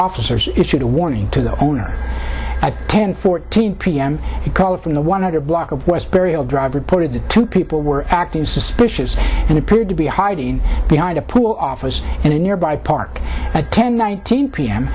officers issued a warning to the owner ten fourteen p m he called from the one hundred block of west burial drive reported two people were acting suspicious and appeared to be hiding behind a pool office in a nearby park ten nineteen p